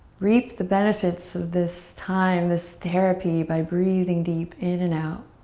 reap the benefits of this time, this therapy by breathing deep in and out.